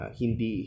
hindi